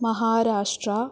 महाराष्ट्रम्